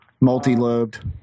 multi-lobed